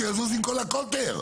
יזוז עם כל הקוטר.